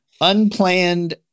unplanned